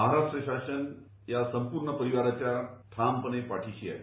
महाराष्ट्र शासन या संपूर्ण परिवाराच्या ठामपणे पाठीशी आहे